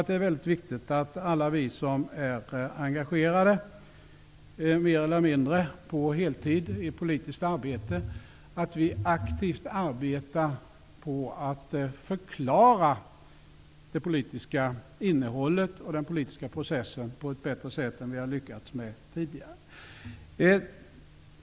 Det är viktigt att alla vi som är engagerade, mer eller mindre på heltid, i politiskt arbete, aktivt arbetar på att förklara det politiska innehållet och den politiska processen på ett annat sätt än vad vi har lyckats med tidigare.